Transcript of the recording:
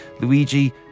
Luigi